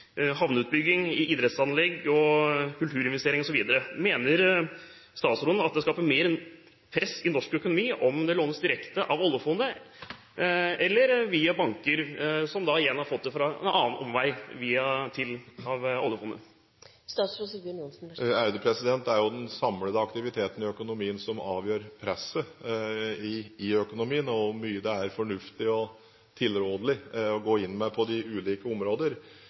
idrettsanlegg og kulturinvesteringer osv. Mener statsråden at det skaper mer press i norsk økonomi om det lånes direkte av oljefondet eller via banker som via en annen omvei igjen har fått det fra oljefondet? Det er jo den samlede aktiviteten i økonomien som avgjør presset i økonomien, og hvor mye det er fornuftig og tilrådelig å gå inn med på de ulike områder.